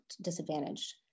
disadvantaged